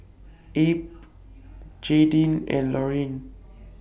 Abe Jaydin and Lorine